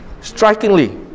Strikingly